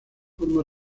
forma